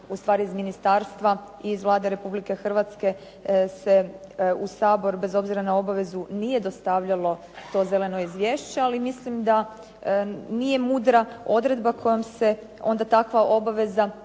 ustvari iz ministarstva i Vlade Republike Hrvatske se u Sabor bez obzira na obavezu nije dostavljalo to zeleno izvješće, ali mislim da nije mudra odredba kojom se onda takva obaveza